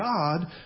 God